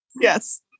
Yes